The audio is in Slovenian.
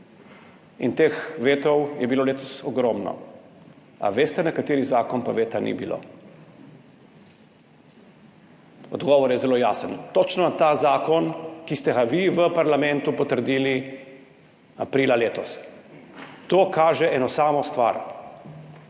in teh vetov je bilo letos ogromno. A veste, na kateri zakon pa veta ni bilo? Odgovor je zelo jasen, točno na ta zakon, ki ste ga vi v parlamentu potrdili aprila letos. To kaže eno samo stvar,